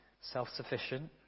self-sufficient